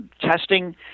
testing